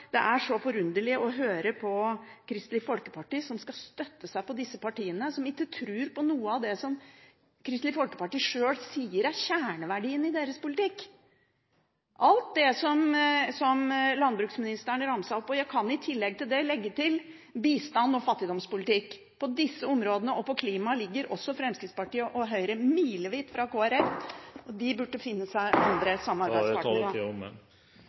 det er så forunderlig å høre på Kristelig Folkeparti som skal støtte seg på disse partiene som ikke trur på noe av det som Kristelig Folkeparti sjøl sier er kjerneverdien i sin politikk. På alle de områdene som landbruksministeren ramset opp – og jeg kan legge til bistands- og fattigdomspolitikk og klimapolitikk – ligger Fremskrittspartiet og Høyre milevidt fra Kristelig Folkeparti. De burde finne seg andre